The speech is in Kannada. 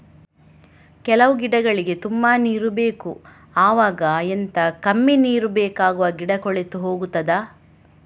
ಕೆಲವು ಗಿಡಗಳಿಗೆ ತುಂಬಾ ನೀರು ಬೇಕು ಅವಾಗ ಎಂತ, ಕಮ್ಮಿ ನೀರು ಬೇಕಾಗುವ ಗಿಡ ಕೊಳೆತು ಹೋಗುತ್ತದಾ?